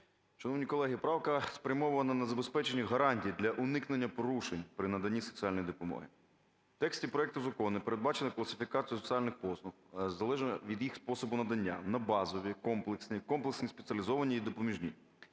Шановні колеги, правка спрямована на забезпечення гарантій для уникнення порушень при наданні соціальної допомоги. В тексті проекту закону передбачено кваліфікацію соціальних послуг залежно від їх способу надання на: базові, комплексні, комплексні спеціалізовані і допоміжні.